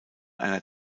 einer